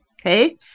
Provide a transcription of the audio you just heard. okay